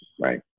right